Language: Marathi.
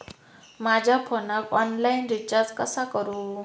माझ्या फोनाक ऑनलाइन रिचार्ज कसा करू?